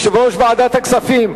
יושב-ראש ועדת הכספים.